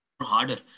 harder